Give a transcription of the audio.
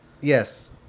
yes